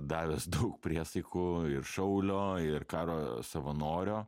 davęs daug priesaikų ir šaulio ir karo savanorio